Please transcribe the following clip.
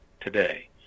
today